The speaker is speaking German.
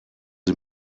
sie